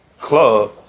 club